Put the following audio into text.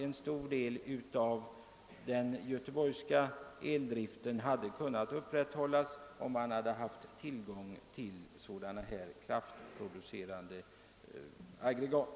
En stor del av eldriften i Göteborg hade kun nat upprätthållas om det hade funnits tillgång till kraftproducerande aggregat.